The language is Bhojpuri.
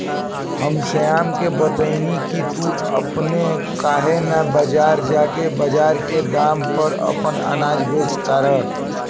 हम श्याम के बतएनी की तू अपने काहे ना बजार जा के बजार के दाम पर आपन अनाज बेच तारा